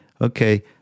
Okay